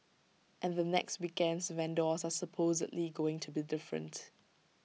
and the next weekend's vendors are supposedly going to be different